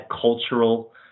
cultural